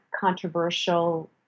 controversial